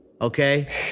okay